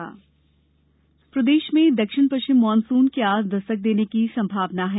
मौसम प्रदेश में दक्षिण पश्चिम मानसून के आज दस्तक देने की संभावना है